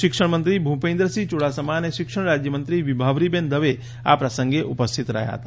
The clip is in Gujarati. શિક્ષણમંત્રી ભૂપેન્દ્રસિંહ યૂડાસમા અને શિક્ષણ રાજ્યમંત્રી વિભાવરીબહેન દવે આ પ્રસંગે ઉપસ્થિત રહ્યા હતા